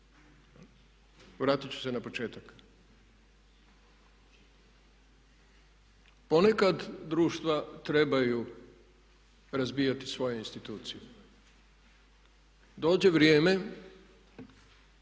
Vratiti ću se na početak. Ponekad društva trebaju razbijati svoje institucije. Dođe vrijeme